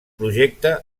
projecte